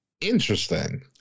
interesting